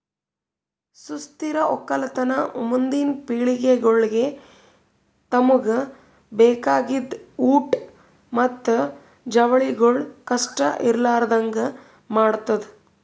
ಸುಸ್ಥಿರ ಒಕ್ಕಲತನ ಮುಂದಿನ್ ಪಿಳಿಗೆಗೊಳಿಗ್ ತಮುಗ್ ಬೇಕಾಗಿದ್ ಊಟ್ ಮತ್ತ ಜವಳಿಗೊಳ್ ಕಷ್ಟ ಇರಲಾರದಂಗ್ ಮಾಡದ್